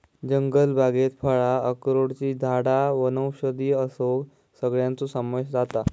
जंगलबागेत फळां, अक्रोडची झाडां वनौषधी असो सगळ्याचो समावेश जाता